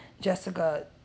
Jessica